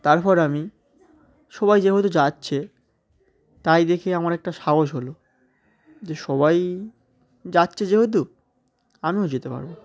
তারপর আমি সবাই যেহেতু যাচ্ছে তাই দেখে আমার একটা সাহস হলো যে সবাই যাচ্ছে যেহেতু আমিও যেতে পারবো